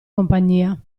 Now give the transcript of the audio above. compagnia